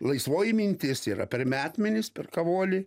laisvoji mintis yra per metmenys per kavolį